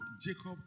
Jacob